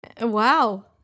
Wow